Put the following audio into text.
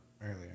earlier